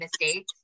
mistakes